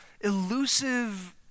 elusive